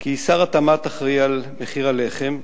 כי שר התמ"ת אחראי למחיר הלחם,